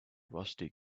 rusty